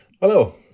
Hello